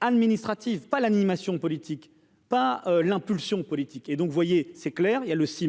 administrative pas l'animation politique pas l'impulsion politique et donc, vous voyez, c'est clair, il y a le 6